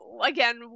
again